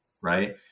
right